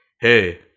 hey